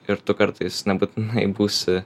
ir tu kartais nebūtinai būsi